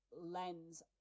lens